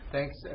Thanks